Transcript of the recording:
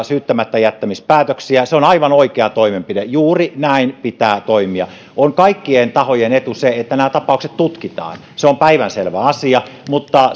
syyttämättäjättämispäätöksiä se on aivan oikea toimenpide juuri näin pitää toimia on kaikkien tahojen etu että nämä tapaukset tutkitaan se on päivänselvä asia mutta